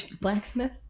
blacksmith